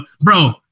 bro